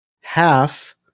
Half